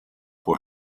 for